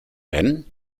wenn